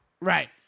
right